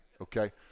okay